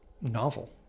novel